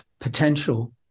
potential